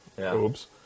Oops